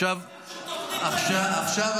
עכשיו, אבל השר, לא הצגתם שום תוכנית היום.